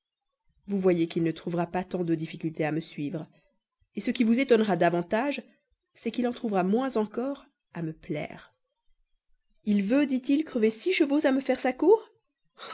vous voyez qu'il ne trouvera pas tant de difficulté à me suivre ce qui vous étonnera davantage c'est qu'il en trouvera moins encore à me plaire il veut dit-il crever six chevaux à me faire sa cour